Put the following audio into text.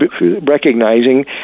recognizing